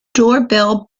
doorbell